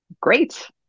Great